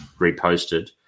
reposted